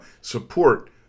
Support